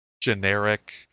generic